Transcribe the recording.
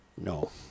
No